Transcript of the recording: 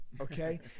okay